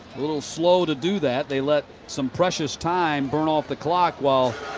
little slow to do that. they let some precious time burn off the clock while